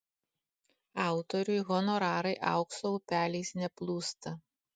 autoriui honorarai aukso upeliais neplūsta